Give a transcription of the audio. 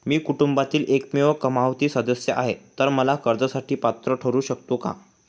मी कुटुंबातील एकमेव कमावती सदस्य आहे, तर मी कर्जासाठी पात्र ठरु शकतो का?